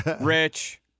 Rich